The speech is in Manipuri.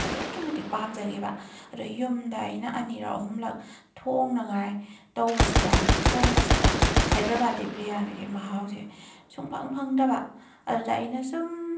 ꯑꯗꯨꯛꯀꯤ ꯃꯇꯤꯛ ꯄꯥꯝꯖꯈꯤꯕ ꯑꯗꯣ ꯌꯨꯝꯗ ꯑꯩꯅ ꯑꯅꯤꯔꯛ ꯑꯍꯨꯝꯂꯛ ꯊꯣꯡꯅꯉꯥꯏ ꯇꯧꯕꯁꯤꯗ ꯊꯣꯡꯕꯁꯤꯗ ꯍꯩꯗ꯭ꯔꯕꯥꯥꯗꯀꯤ ꯕꯤꯔꯌꯥꯅꯤꯒꯤ ꯃꯍꯥꯎꯁꯦ ꯁꯨꯡꯐꯪ ꯐꯪꯗꯕ ꯑꯗꯨꯗ ꯑꯩꯅ ꯁꯨꯝ